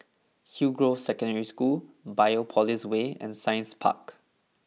Hillgrove Secondary School Biopolis Way and Science Park